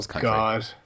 God